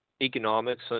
economics